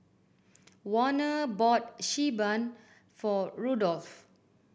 Warner bought Xi Ban for Rudolf